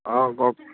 অঁ কওক